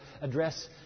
address